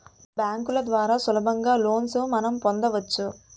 బ్యాంకుల ద్వారా సులభంగా లోన్స్ మనం పొందవచ్చు